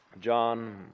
John